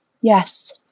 Yes